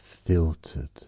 filtered